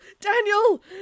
Daniel